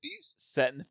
Set